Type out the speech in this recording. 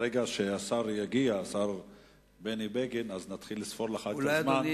ברגע שהשר בני בגין יגיע נתחיל לספור לך את הזמן.